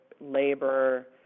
labor